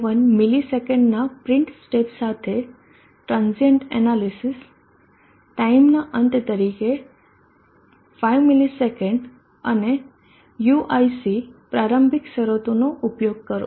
01 મિલિસેકન્ડના print step સાથે transient analysis ટાઇમના અંત તરીકે 5 મિલિસેકન્ડ અને uic પ્રારંભિક શરતોનો ઉપયોગ કરો